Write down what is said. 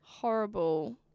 horrible